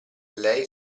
lei